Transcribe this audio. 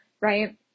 right